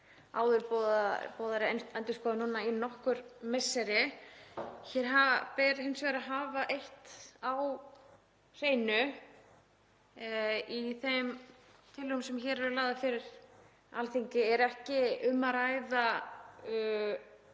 áður boðaðri endurskoðun núna í nokkur misseri. Hér ber hins vegar að hafa eitt á hreinu. Í þeim tillögum sem hér eru lagðar fyrir Alþingi er ekki um að ræða